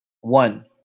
One